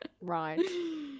right